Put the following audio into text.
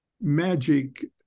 magic